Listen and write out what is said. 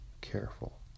careful